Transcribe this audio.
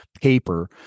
paper